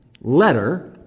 letter